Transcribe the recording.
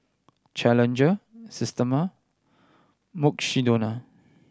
Challenger Systema Mukshidonna